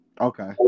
Okay